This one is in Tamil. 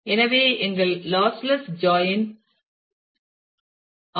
எனவே எங்கள் lossless join r 1 ∩ r 2 → r